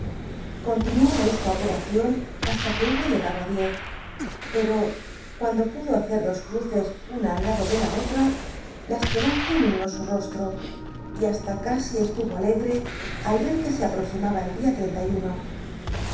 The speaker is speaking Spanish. continuó esta operacion hasta que hubo llegado i diez peo cuando pudo hacer dos cuces una al lado de la otra la esperanza iluminó su rostro y hasta casi estui o alege al vet que se aptoximaba el dia